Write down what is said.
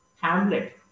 Hamlet